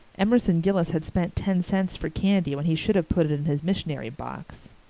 emerson gillis had spent ten cents for candy when he should have put it in his missionary box.